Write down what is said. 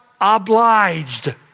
obliged